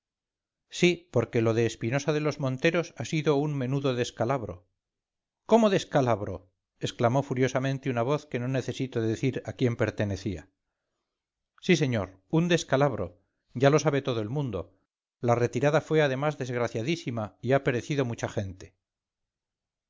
sí porque lo de espinosa de los monteros ha sido un menudo descalabro cómo descalabro exclamó furiosamente una voz que no necesito decir a quien pertenecía sí señor un descalabro ya lo sabe todo el mundo la retirada fue además desgraciadísima y ha perecido mucha gente